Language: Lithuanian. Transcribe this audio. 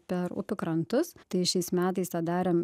per upių krantus tai šiais metais tą darėm